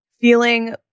feeling